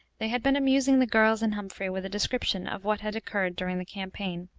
they had been amusing the girls and humphrey with a description of what had occurred during the campaign,